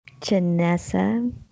Janessa